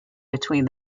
between